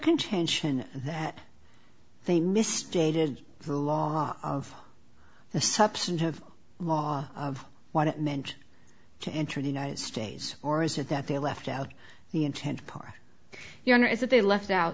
contention that they misstated the law of the substantive law of what it meant to enter the united states or is it that they left out the intent part here is that they left out